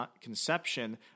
conception